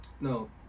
No